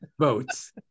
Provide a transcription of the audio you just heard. votes